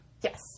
Yes